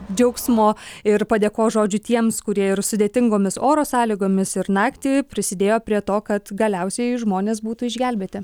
džiaugsmo ir padėkos žodžių tiems kurie ir sudėtingomis oro sąlygomis ir naktį prisidėjo prie to kad galiausiai žmonės būtų išgelbėti